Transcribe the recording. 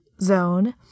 zone